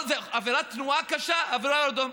עבירת תנועה קשה, מעבר באדום.